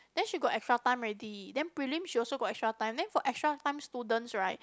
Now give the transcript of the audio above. then she got extra time already then prelim she also got extra time then for extra time students right